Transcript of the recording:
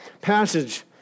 passage